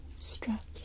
straps